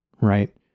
right